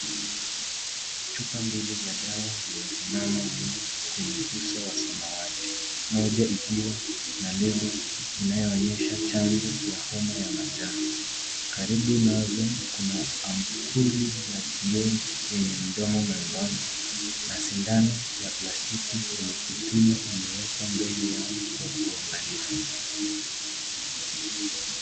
Chupa mbili za dawa zimesimama wima kwenye uso wa samawati. Moja ikiwa na label inayo onyesha chanjo ya homa ya manjano. Karibu nazo kuna ampuli ya kioo yenye mdomo mwembamba, na sindano ya plastiki yenye kipimo imewekwa mbele kwa uangalifu.